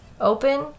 open